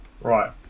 Right